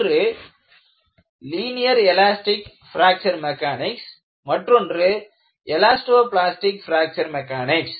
ஒன்று linear elastic fracture mechanics மற்றொன்று elasto plastic fracture mechanics